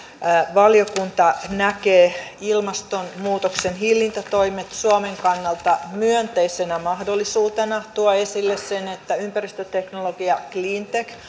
valiokunta näkee ilmastonmuutoksen hillintätoimet suomen kannalta myönteisenä mahdollisuutena ja tuo esille sen että ympäristöteknologia cleantech